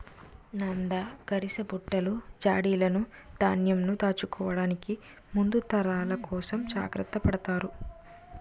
నంద, గరిసబుట్టలు, జాడీలును ధాన్యంను దాచుకోవడానికి ముందు తరాల కోసం జాగ్రత్త పడతారు